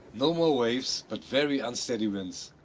no more waves, but very unsteady winds.